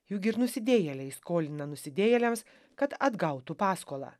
juk ir nusidėjėliai skolina nusidėjėliams kad atgautų paskolą